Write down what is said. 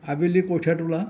আবেলি কঠিয়া তোলা